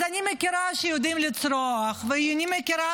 אז אני מכירה שיודעים לצרוח ואני מכירה